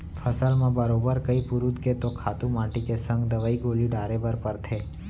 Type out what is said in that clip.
फसल म बरोबर कइ पुरूत के तो खातू माटी के संग दवई गोली डारे बर परथे